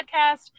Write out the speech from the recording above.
podcast